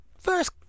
First